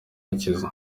bakize